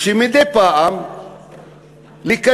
מדי פעם להיכנס,